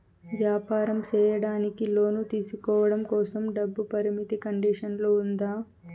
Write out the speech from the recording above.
వ్యాపారం సేయడానికి లోను తీసుకోవడం కోసం, డబ్బు పరిమితి కండిషన్లు ఉందా?